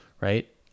Right